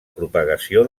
propagació